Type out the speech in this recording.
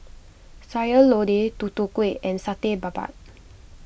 Sayur Lodeh Tutu Kueh and Satay Babat